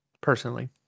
Personally